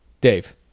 Dave